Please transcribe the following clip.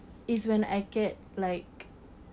is when I get like